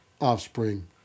offspring